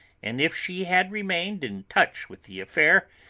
and if she had remained in touch with the affair,